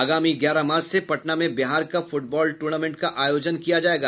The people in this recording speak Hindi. अगामी ग्यारह मार्च से पटना में बिहार कप फुटबॉल टूर्नामेंट का आयोजन किया जायेगा